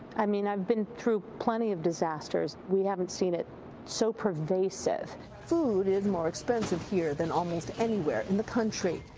i mean, i've been through plenty of disasters. we haven't seen it so pervasive. reporter food is more expensive here than almost anywhere in the country.